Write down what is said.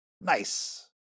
Nice